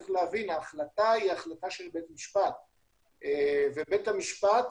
ההחלטה היא החלטה של בית משפט ובית המשפט,